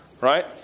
Right